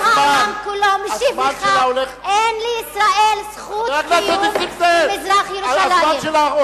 וגם העולם כולו משיב לך: אין לישראל זכות קיום במזרח-ירושלים.